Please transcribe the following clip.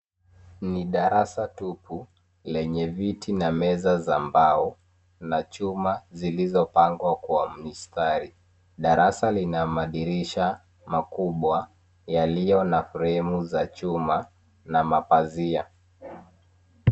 Ni darasa tupu, lenye viti na meza za mbao na chuma zilizopangwa kwa mistari. Darasa lina madirisha makubwa yaliyo na fremu za chuma ya mapazia.